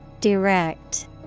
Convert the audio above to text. Direct